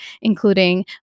including